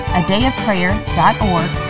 adayofprayer.org